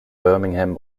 birmingham